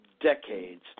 decades